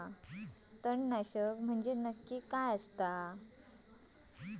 तणनाशक म्हंजे नक्की काय असता?